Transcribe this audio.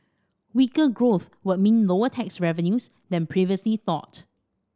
weaker growth would mean lower tax revenues than previously thought